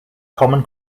common